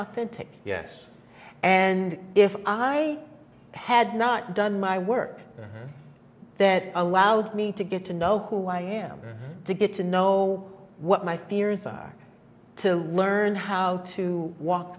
authentic yes and if i had not done my work that allowed me to get to know who i am to get to know what my fears are to learn how to walk